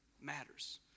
matters